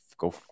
go